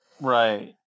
Right